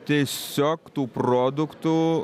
tiesiog tų produktų